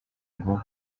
ngo